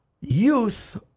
youth